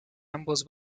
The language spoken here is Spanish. ambos